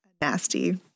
nasty